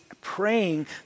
praying